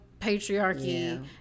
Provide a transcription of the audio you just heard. patriarchy